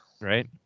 Right